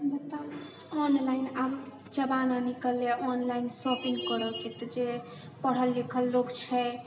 बताउ ऑनलाइन आब जमाना निकललै ऑनलाइन शॉपिंग करके तऽ जे पढ़ल लिखल लोक छै